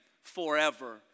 forever